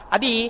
Adi